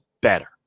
better